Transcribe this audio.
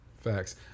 Facts